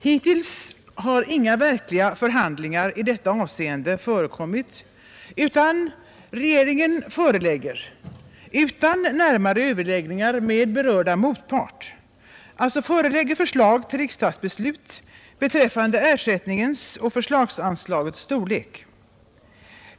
Hittills har inga verkliga förhandlingar i detta avseende förekommit, utan regeringen förelägger — utan närmare överläggningar med berörda motpart — riksdagen förslag till beslut beträffande ersättningens och förslagsanslagets storlek.